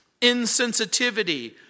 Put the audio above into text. insensitivity